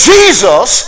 Jesus